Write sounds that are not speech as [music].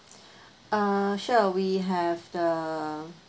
[breath] uh sure we have the